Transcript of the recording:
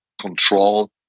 control